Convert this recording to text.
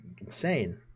insane